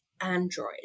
Android